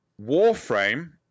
Warframe